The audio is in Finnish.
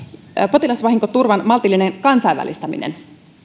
potilasvahinkoturvan maltillinen kansainvälistäminen